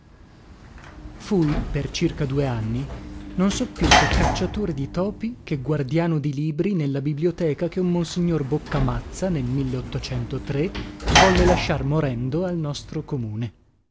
fui per circa due anni non so se più cacciatore di topi che guardiano di libri nella biblioteca che un monsignor boccamazza nel volle lasciar morendo al nostro comune